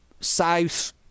south